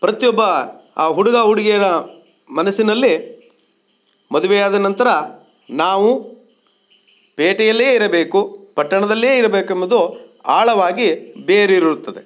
ಪ್ರತಿಯೊಬ್ಬ ಆ ಹುಡುಗ ಹುಡುಗಿಯರ ಮನಸ್ಸಿನಲ್ಲಿ ಮದುವೆಯಾದ ನಂತರ ನಾವು ಪೇಟೆಯಲ್ಲಿಯೇ ಇರಬೇಕು ಪಟ್ಟಣದಲ್ಲಿಯೇ ಇರಬೇಕೆಂಬುದು ಆಳವಾಗಿ ಬೇರೂರಿರುತ್ತದೆ